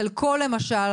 חלקו למשל,